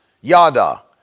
yada